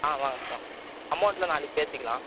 ஆ வாங்க சார் வாங்க சார் அமௌண்ட்லாம் நாளைக்கு பேசிக்கலாம்